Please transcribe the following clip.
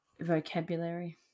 Vocabulary